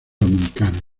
dominicano